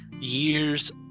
years